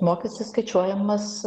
mokestis skaičiuojamas